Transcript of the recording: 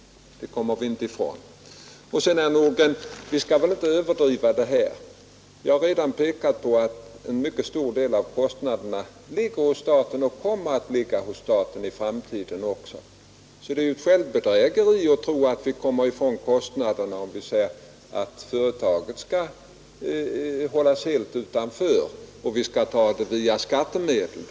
Det kommer vi inte ifrån. Vi skall inte överdriva det här, herr Nordgren. Jag har redan påvisat att en mycket stor del av kostnaderna bärs av staten och kommer att bäras av staten i framtiden också. Det är självbedrägeri att tro att vi kommer ifrån kostnaderna om vi säger att företaget helt skall hållas utanför och att pengarna skall tas ut skattevägen.